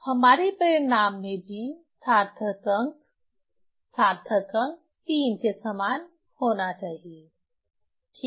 हमारे परिणाम में भी सार्थक अंक सार्थक अंक 3 के समान ही होना चाहिए ठीक